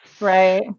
Right